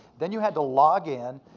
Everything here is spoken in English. then you had to log in.